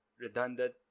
redundant